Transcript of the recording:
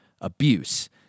abuse